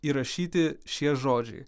įrašyti šie žodžiai